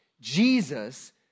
Jesus